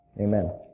Amen